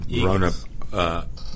grown-up